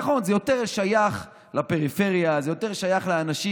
נכון, זה יותר שייך לפריפריה, שייך יותר לאנשים